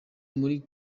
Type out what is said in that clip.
muri